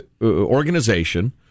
organization